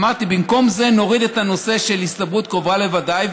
אמרתי: במקום זה נוריד את הנושא של הסתברות קרובה לוודאי,